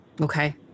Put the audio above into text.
Okay